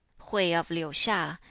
hui of liu-hsia,